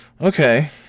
Okay